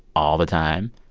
all the time?